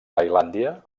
tailàndia